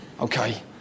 Okay